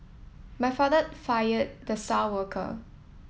my father fired the star worker